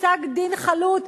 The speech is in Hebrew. פסק-דין חלוט,